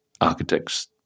architects